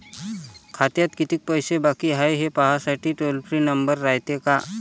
खात्यात कितीक पैसे बाकी हाय, हे पाहासाठी टोल फ्री नंबर रायते का?